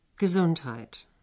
Gesundheit